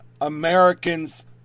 Americans